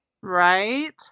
Right